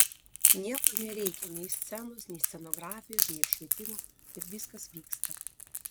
nieko nereikia nei scenos nei scenografijos nei apšvietimo bet viskas vyksta